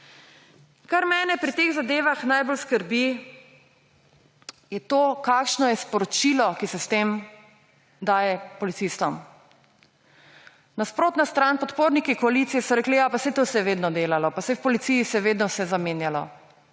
Kar mene pri teh zadevah najbolj skrbi, je to, kakšno je sporočilo, ki se s tem daje policistom. Nasprotna stran, podporniki koalicije so rekli – Ja, pa saj to se je vedno delalo, pa saj v policiji se je vedno vse zamenjalo.